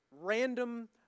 random